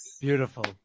Beautiful